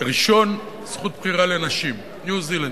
ראשון זכות בחירה לנשים, ניו-זילנד.